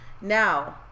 Now